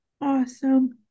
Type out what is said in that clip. awesome